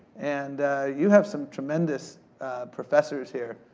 and you have some tremendous professors here.